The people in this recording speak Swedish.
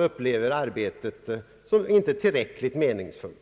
uppleva arbetet som inte tillräckligt meningsfyllt.